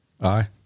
Aye